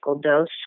dose